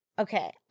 Okay